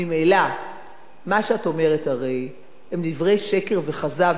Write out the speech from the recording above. ממילא מה שאת אומרת הרי הם דברי שקר וכזב,